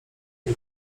nie